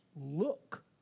look